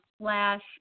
slash